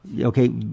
Okay